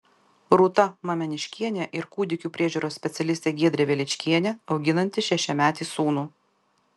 rūta mameniškienė ir kūdikių priežiūros specialistė giedrė veličkienė auginanti šešiametį sūnų